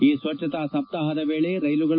ಈ ಸ್ವಚ್ಚತಾ ಸಪ್ತಾಪದ ವೇಳೆ ರೈಲುಗಳು